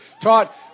taught